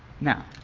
Now